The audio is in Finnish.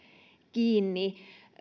kiinni